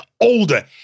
older